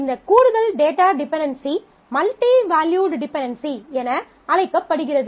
இந்த கூடுதல் data dependency multivalued dependency என அழைக்கப்படுகிறது